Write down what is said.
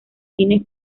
cine